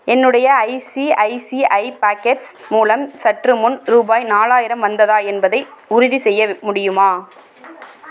என்னுடைய ICICI pockets மூலம் சற்றுமுன் ரூபாய் நாலாயிரம் வந்ததா என்பதை உறுதிசெய்ய முடியுமா